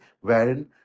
wherein